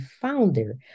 founder